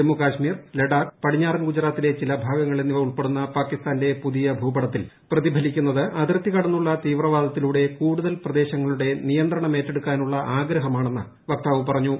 ജമ്മു കശ്മീർ ലഡാക്ക് പടിഞ്ഞാറൻ ഗുജറാത്തിലെ ചില ഭാഗങ്ങൾ ഉൾപ്പെടുന്ന പാക്കിസ്ഥാന്റെ പുതിയ ഭൂപടത്തിൽ എന്നിവ പ്രതിഫലിക്കുന്നത് അതിർത്തി കടന്നുള്ള തീവ്രവാദത്തിലൂടെ കൂടുതൽ പ്രദേശങ്ങളുടെ നിയന്ത്രണം ഏറ്റെടുക്കാനുള്ള ആഗ്രഹമാണെന്ന് വക്താവ് പറഞ്ഞു